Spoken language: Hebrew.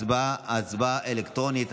הצבעה אלקטרונית.